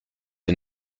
est